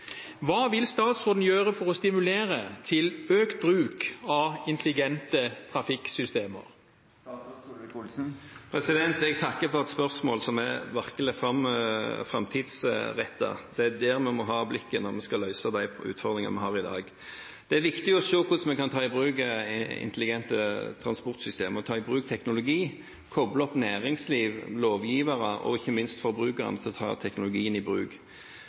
Hva vil statsråden gjøre for å stimulere til økt bruk av intelligente trafikksystemer? Jeg takker for et spørsmål som er virkelig framtidsrettet. Det er der vi må ha blikket når vi skal løse utfordringene vi har i dag. Det er viktig å se hvordan vi kan ta i bruk intelligente trafikksystemer og teknologi og få næringsliv, lovgivere og ikke minst forbrukerne til å ta teknologien i bruk.